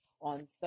On